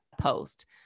post